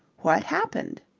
what happened?